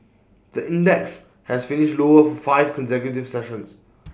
the index has finished lower for five consecutive sessions